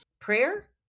Prayer